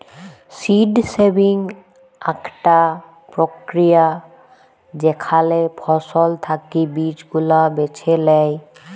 seed saving আকটা প্রক্রিয়া যেখালে ফসল থাকি বীজ গুলা বেছে লেয়